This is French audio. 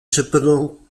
cependant